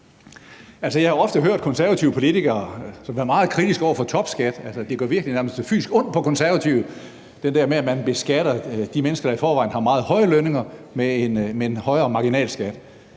Jeg har ofte hørt konservative politikere være meget kritiske over for topskat – det gør virkelig nærmest fysisk ondt på konservative – og at man beskatter de mennesker, der i forvejen har meget høje lønninger, med en højere marginalskat.